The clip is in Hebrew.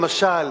למשל,